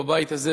בבית הזה,